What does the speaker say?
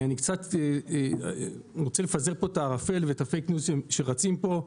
אני רוצה לפזר את הערפל ואת הפייק ניוז שרץ פה,